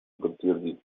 подтвердить